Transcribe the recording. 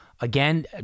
Again